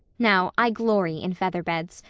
now, i glory in feather-beds,